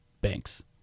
Banks